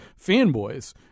fanboys